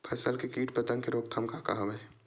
फसल के कीट पतंग के रोकथाम का का हवय?